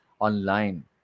online